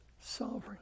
Sovereign